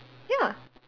ya